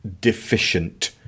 deficient